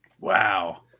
Wow